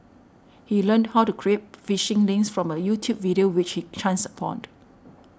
he learned how to create phishing links from a YouTube video which he chanced